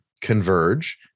converge